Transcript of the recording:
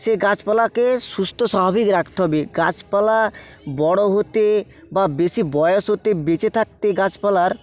সে গাছপালাকে সুস্থ স্বাভাবিক রাখতে হবে গাছপালা বড়ো হতে বা বেশি বয়স হতে বেঁচে থাকতে গাছপালার